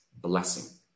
blessing